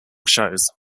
shows